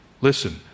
Listen